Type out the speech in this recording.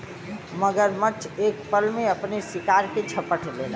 मगरमच्छ एक पल में अपने शिकार के झपट लेला